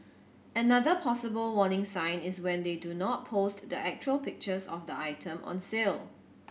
another possible warning sign is when they do not post the actual pictures of the item on sale